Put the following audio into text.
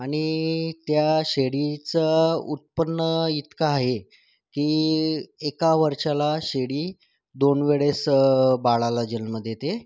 आणि त्या शेळीचं उत्पन्न इतकं आहे की एका वर्षाला शेळी दोन वेळेस बाळाला जन्म देते